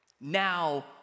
Now